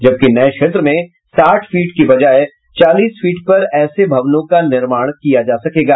जबकि नये क्षेत्र में साठ फीट के बजाए चालीस फीट पर ऐसे भवनों का निर्माण किया जा सकेगा